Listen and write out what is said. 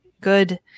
good